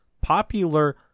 popular